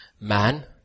Man